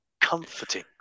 comforting